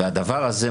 הדבר הזה,